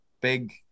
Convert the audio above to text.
big